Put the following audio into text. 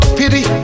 pity